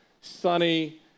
sunny